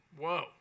whoa